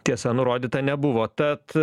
tiesa nurodyta nebuvo tad